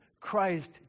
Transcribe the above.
Christ